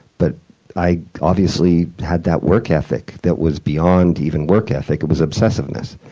but i obviously had that work ethic that was beyond even work ethic. it was obsessiveness.